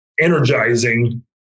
energizing